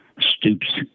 Stoops